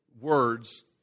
words